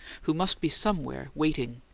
who must be somewhere waiting,